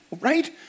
right